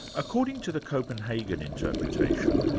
according to the copenhagen interpretation,